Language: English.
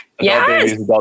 yes